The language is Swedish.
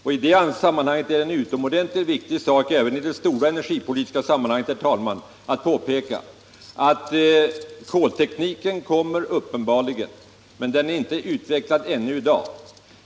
I det sammanhanget, ävensom i det stora energipolitiska sammanhanget, herr talman, är det utomordentligt viktigt att påpeka att koltekniken uppenbarligen kommer, men den är ännu inte färdigutvecklad i dag.